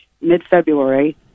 mid-February